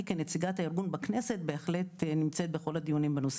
כנציגת הארגון בכנסת בהחלט נמצאת בכל הדיונים בנושא.